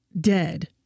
dead